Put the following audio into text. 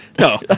No